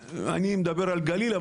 לגליל.